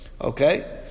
okay